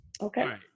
Okay